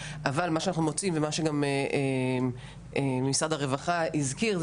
אבל מה שאנחנו מוצאים ומה שגם משרד הרווחה הזכיר זה